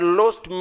lost